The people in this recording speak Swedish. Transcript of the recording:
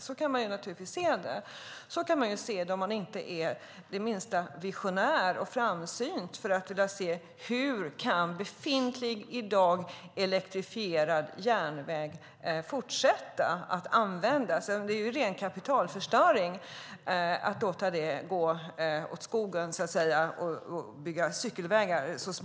Så kan man naturligtvis se det om man inte är det minsta visionär och framsynt och frågar sig: Hur kan befintlig i dag elektrifierad järnväg fortsätta att användas? Det är ju en ren kapitalförstöring att låta banor förstöras och bygga cykelvägar där.